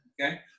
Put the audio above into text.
Okay